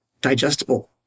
digestible